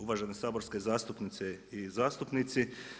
Uvažene saborske zastupnice i zastupnici.